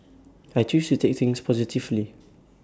I choose to take things positively